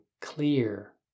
clear